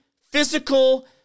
physical